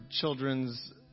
children's